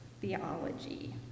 Theology